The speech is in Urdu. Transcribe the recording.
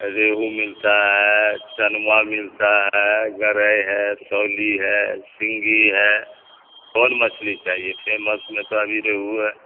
ریہو ملتا ہے چنما ملتا ہے گرے ہے سولی ہے سنھگی ہے کون مچھلی چاہیے پھیمس میں تو ابھی ریہوے ہے